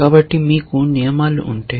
కాబట్టి మీకు ఈ నియమాలు ఉంటే